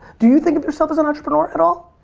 do you think of yourself as an entrepreneur at all?